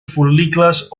fol·licles